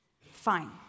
Fine